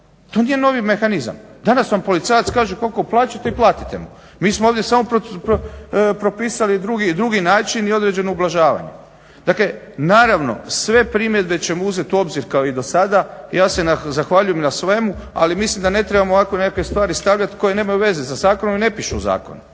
to nije novi mehanizam. Danas vam policajac kaže koliko plaćate i platite mu. Mi smo ovdje samo propisali drugi način i određeno ublažavanje. Dakle naravno sve primjedbe ćemo uzeti u obzir kao i do sada. Ja se zahvaljujem na svemu ali mislim da ne trebamo ovako nekakve stvari stavljati koje nemaju veze sa zakonom i ne pišu u zakonu.